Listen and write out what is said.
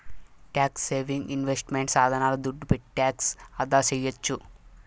tax saving investment సాధనాల దుడ్డు పెట్టి టాక్స్ ఆదాసేయొచ్చు